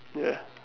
ya